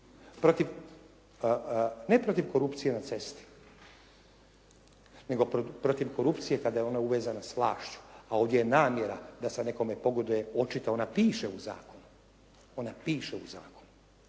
ne protiv korupcije na cesti nego protiv korupcije kada je ona uvezana s vlašću a ovdje je namjera da se nekome pogoduje. Očito ona piše u zakonu. Ona piše u zakonu.